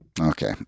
Okay